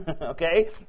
Okay